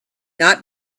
not